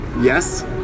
yes